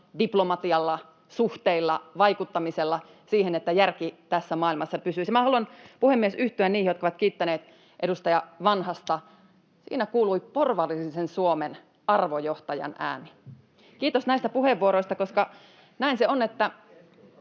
diplomatialla, suhteilla, vaikuttamisella siihen, että järki tässä maailmassa pysyisi. Minä haluan, puhemies, yhtyä niihin, jotka ovat kiittäneet edustaja Vanhasta. Siinä kuului porvarillisen Suomen arvojohtajan ääni. [Naurua perussuomalaisten ryhmästä] Kiitos näistä puheenvuoroista, koska näin se on, että